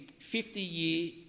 50-year